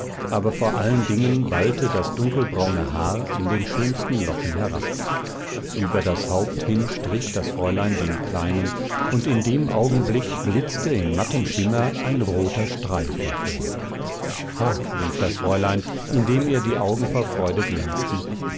aber vor allen dingen wallte das dunkelbraune haar in den schönsten locken herab über das haupt hin strich das fräulein den kleinen und in dem augenblick blitzte in mattem schimmer ein roter streif hervor ha rief das fräulein indem ihr die augen vor freude glänzten